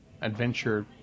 adventure